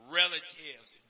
relatives